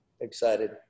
excited